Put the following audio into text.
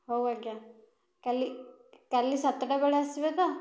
ହେଉ ଆଜ୍ଞା କାଲି କାଲି ସାତଟା ବେଳେ ଆସିବେ ତ